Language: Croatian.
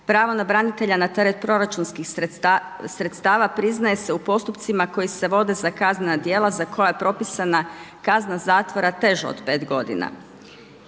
pravo na branitelja na teret proračunskih sredstava priznaje se u postupcima koji se vode za kaznena djela za koje je propisana kazna zatvora teža od 5 godina.